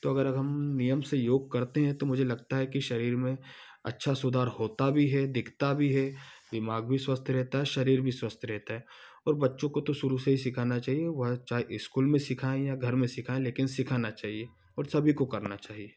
तो अगर हम नियम से योग करते हैं तो मुझे लगता है कि शरीर में अच्छा सुधार होता भी है दिखता भी है दिमाग भी स्वस्थ रहता है शरीर भी स्वस्थ रहता है और बच्चों को तो शुरू से ही सीखाना चाहिए वह चाहे स्कूल में सीखाएँ या घर में सीखाएँ लेकिन सीखाना चाहिए और सभी को करना चाहिए